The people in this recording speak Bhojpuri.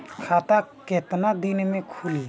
खाता कितना दिन में खुलि?